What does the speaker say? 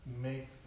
make